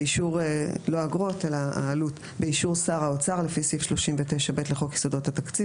באישור שר האוצר לפי סעיף 39(ב) לחוק יסודות התקציב,